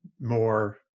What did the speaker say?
more